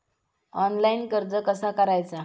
Online कर्ज कसा करायचा?